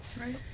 Right